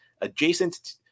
adjacent